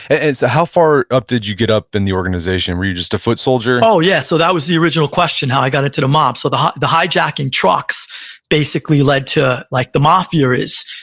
how far up did you get up in the organization? were you just a foot soldier? oh yeah, so that was the original question, how i got into the mob. so the the hijacking trucks basically led to like the mafia is.